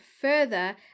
further